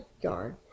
yard